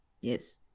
Yes